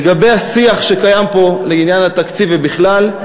לגבי השיח שקיים פה בעניין התקציב ובכלל,